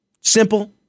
Simple